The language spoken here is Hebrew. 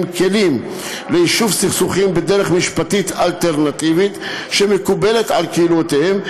כלים ליישוב סכסוכים בדרך משפטית אלטרנטיבית שמקובלת על קהילותיהן,